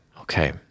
Okay